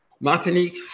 Martinique